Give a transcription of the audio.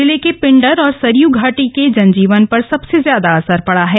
जिले के पिंडर और सरयू घाटी के जन जीवन पर सबसे ज्यादा असर पड़ा है